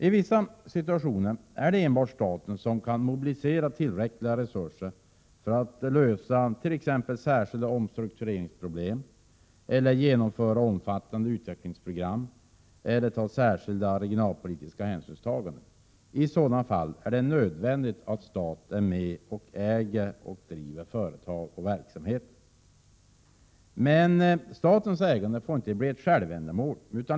I vissa situationer är det enbart staten som kan mobilisera tillräckliga resurser för att lösa t.ex. särskilda omstruktureringsproblem, genomföra omfattande utvecklingsprogram eller ta särskilda regionalpolitiska hänsyn. I sådana fall är det nödvändigt att staten är med och äger och driver företag och verksamheter. Men statligt ägande får inte bli ett självändamål.